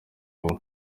vuba